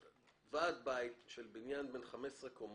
ועד בית של בניין בן 15 קומות,